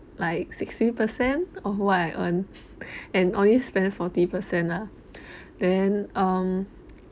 like sixty percent of what I earn and only spend forty percent lah then um